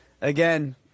Again